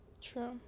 true